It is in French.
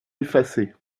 effacées